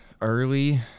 early